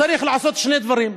צריך לעשות שני דברים: